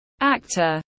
actor